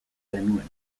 genuen